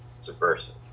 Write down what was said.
subversive